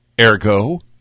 Ergo